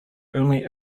only